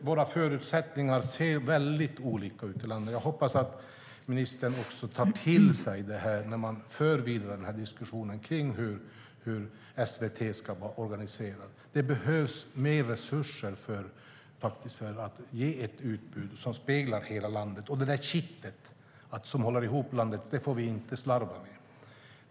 Våra förutsättningar ser väldigt olika ut i landet, och jag hoppas att ministern tar det till sig när man för vidare diskussionen om hur SVT ska vara organiserat. Det behövs mer resurser för att ge ett utbud som speglar hela landet, och det där kittet som håller ihop landet får vi inte slarva med.